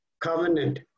covenant